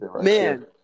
man